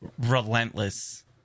relentless